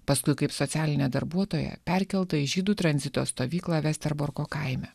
paskui kaip socialinė darbuotoja perkelta į žydų tranzito stovyklą vesterborko kaime